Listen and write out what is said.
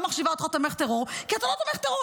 אני לא מחשיבה אותך כתומך טרור כי אתה לא תומך טרור,